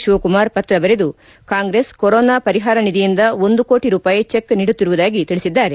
ಶಿವಕುಮಾರ್ ಪತ್ರ ಬರೆದು ಕಾಂಗ್ರೆಸ್ ಕೊರೊನಾ ಪರಿಹಾರ ನಿಧಿಯಿಂದ ಒಂದು ಕೋಟ ರೂಪಾಯಿ ಚೆಕ್ ನೀಡುತ್ತಿರುವುದಾಗಿ ತಿಳಿಸಿದ್ದಾರೆ